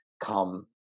come